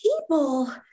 people